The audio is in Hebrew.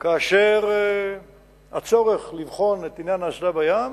כאשר הצורך לבחון את עניין האסדה בים